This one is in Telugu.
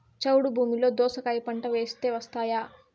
చౌడు భూమిలో దోస కాయ పంట వేస్తే వస్తాయా?